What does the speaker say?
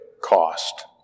cost